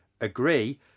Agree